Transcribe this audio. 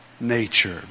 nature